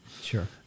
Sure